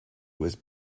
was